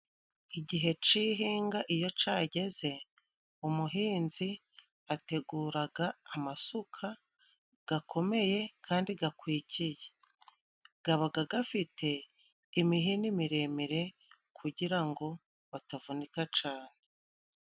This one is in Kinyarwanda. Igihe c'ihinga iyo cageze umuhinzi ateguraga amasuka gakomeye kandi gakwikiye, gabaga gafite imihini miremire kugira ngo batavunika cane.